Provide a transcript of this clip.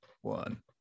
one